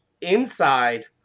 Inside